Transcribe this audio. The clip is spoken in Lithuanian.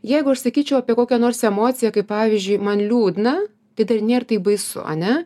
jeigu aš sakyčiau apie kokią nors emociją kaip pavyzdžiui man liūdna tai dar nėra taip baisu ane